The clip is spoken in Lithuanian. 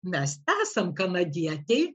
mes esam kanadietei